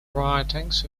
writings